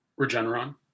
Regeneron